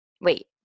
Wait